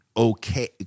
Okay